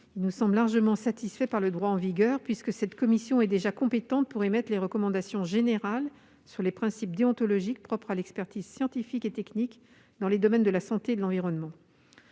nous semblent largement satisfaits par le droit en vigueur, puisque cette commission est déjà compétente pour émettre les recommandations générales sur les principes déontologiques propres à l'expertise scientifique et technique dans les domaines de la santé et de l'environnement.